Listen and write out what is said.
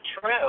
true